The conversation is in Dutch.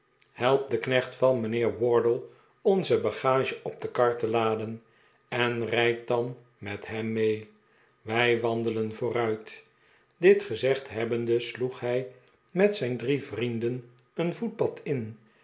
help den knecht van mijnheer wardle onze bagage op de kar te laden en rijd dan met hem mee wij wandelen vooruit dit gezegd hebbende sloeg hij met zijn drie vrienden een voetpad in